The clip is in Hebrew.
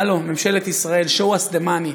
הלו, ממשלת ישראל, show us the money.